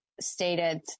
stated